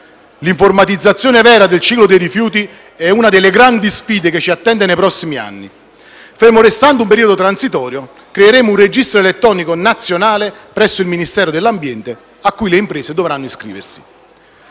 L'informatizzazione vera del ciclo dei rifiuti è una delle grandi sfide che ci attende nei prossimi anni: fermo restando un periodo transitorio, creeremo un registro elettronico nazionale presso il Ministero dell'ambiente, al quale le imprese dovranno iscriversi.